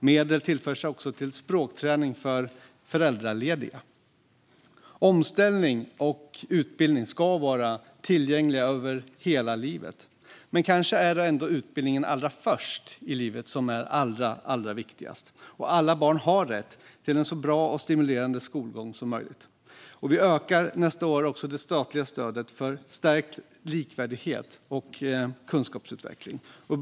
Medel tillförs också för språkträning för föräldralediga. Omställning och utbildning ska vara tillgängliga genom hela livet. Men kanske är det ändå utbildningen allra först i livet som är allra viktigast. Alla barn har rätt till en så bra och stimulerande skolgång som möjligt. Vi ökar nästa år det statliga stödet för stärkt likvärdighet och kunskapsutveckling.